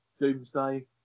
Doomsday